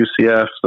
UCF